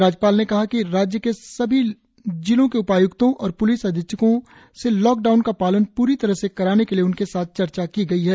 राज्यपाल ने कहा कि राज्य के सभी जिलों के उपाय्क्तों और प्लिस अधीक्षकों से लॉकडाउन का पालन प्री तरह से कराने के लिए उनके साथ चर्चा की गई है